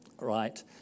Right